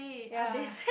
ya